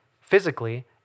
physically